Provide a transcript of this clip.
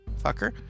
fucker